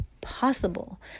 possible